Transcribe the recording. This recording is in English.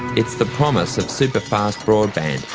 it's the promise of super-fast broadband,